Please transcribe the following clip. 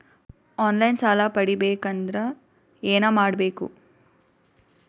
On line ಸಾಲ ಪಡಿಬೇಕಂದರ ಏನಮಾಡಬೇಕು?